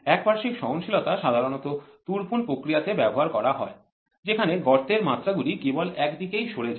একপার্শ্বিক সহনশীলতা সাধারণত তুরপুন প্রক্রিয়াতে ব্যবহার করা হয় যেখানে গর্তের মাত্রাগুলি কেবল একদিকেই সরে যায়